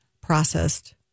processed